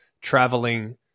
traveling